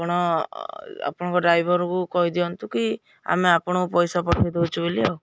ଆପଣ ଆପଣଙ୍କ ଡ୍ରାଇଭର୍କୁ କହିଦିଅନ୍ତୁ କି ଆମେ ଆପଣଙ୍କୁ ପଇସା ପଠାଇ ଦେଉଛୁ ବୋଲି ଆଉ